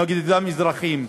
נגד אותם אזרחים.